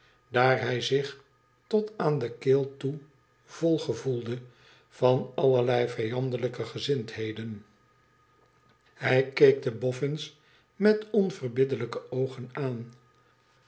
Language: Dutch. daar hij zich tot aan de keel toe vol gevoelde van allerlei vijandelijke gezindheden hij keek de boffins met onverbiddelijke oogen aan